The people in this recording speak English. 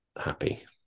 happy